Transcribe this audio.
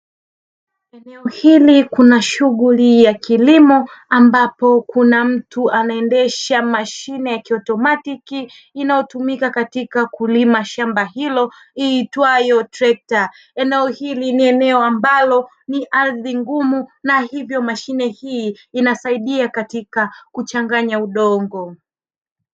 Eneo hili kuna shughuli ya kilimo, ambapo kuna mtu anaendesha mashine ya kiautomatiki, inayotumika katika kulima shamba hilo, iitwayo trekta. Eneo hili ni eneo ambalo ni ardhi ngumu na hivyo mashine hii inasaidia katika kuchanganya udongo.